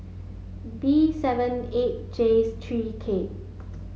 B seven eight J three K